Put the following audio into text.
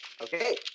Okay